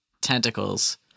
tentacles